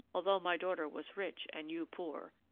although my daughter was rich and you poor,